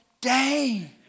day